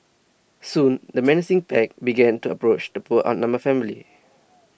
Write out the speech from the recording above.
soon the menacing pack began to approach the poor outnumbered family